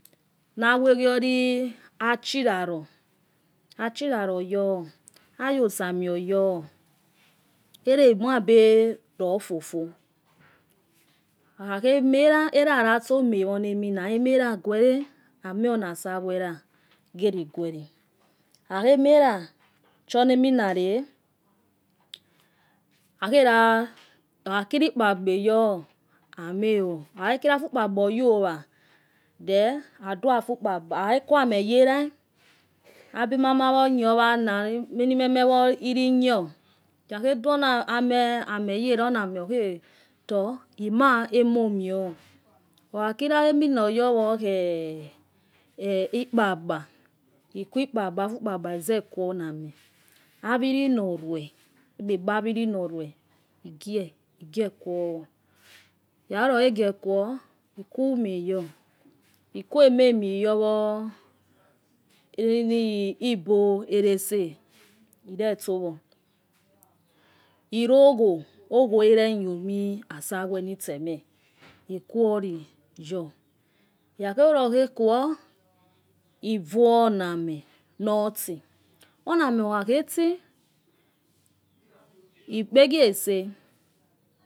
Nawagioli acuiroro. aaurarooyo. iyooamo oyo. ola muabero fofo. ikhakhe mala. loailatso mawonamina. elaguere. ama gona asaghu lageloguere. khakho mala chonaminara. akhela. okhakila nepa kpa aya ama oh. okhahekila afukpa kpa oyo wa. itien adua afu ukpakpa akhahe duame ye era abimamaujo ma kunew wona oh abimeme wo lliknliew. ikhakuo. due na ame yo erai ariome okhe tor. ima. emo omo yowo. okha kila ikpakpa ego. aza afu ulepa ukpa kuo na ame. awilo nolue egbeba awolo nolue egie kuo owo ikhakha gae kuo i kuma yo i kuma mo yowo emo ebo glese irotsowo irogho ogho wre knhow omo asaghue utsoma ikuoligo ikhakha luli khe kụọ ivuo na, ame noto ona amo okhaheti egbegia eso